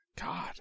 God